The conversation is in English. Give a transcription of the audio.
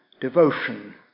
devotion